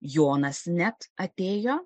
jonas net atėjo